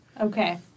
Okay